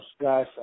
guys